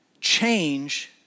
Change